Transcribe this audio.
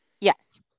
yes